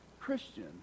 Christian